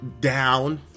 down